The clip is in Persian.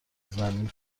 زمین